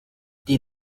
die